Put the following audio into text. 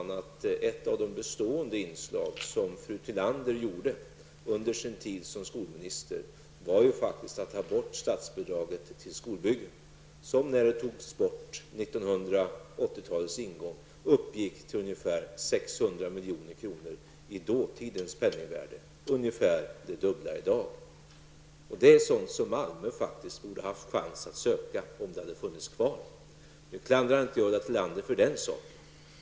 En av de bestående insatser som fru Tillander gjorde under sin tid som skolminister var ju att ta bort statsbidraget till skolbyggen, som, när det togs bort i början av 1980-talet, uppgick till ca 600 milj.kr. i dåtidens penningvärde, vilket innebär ungefär det dubbla värdet i dag. Om statsbidraget hade funnits kvar, kunde Malmö ha ansökt om att få ett sådant bidrag. Nu klandrar jag inte Ulla Tillander för den saken.